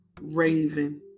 Raven